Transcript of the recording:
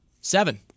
Seven